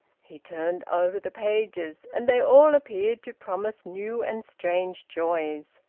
he turned over the pages, and they all appeared to promise new and strange joys.